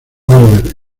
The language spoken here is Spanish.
oliver